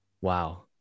Wow